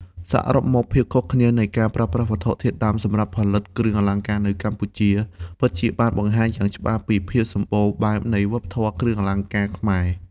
សរុបមក ភាពខុសគ្នានៃការប្រើប្រាស់វត្ថុធាតុដើមសម្រាប់ផលិតគ្រឿងអលង្ការនៅកម្ពុជា ពិតជាបានបង្ហាញយ៉ាងច្បាស់ពីភាពសម្បូរបែបនៃវប្បធម៌គ្រឿងអលង្ការខ្មែរ។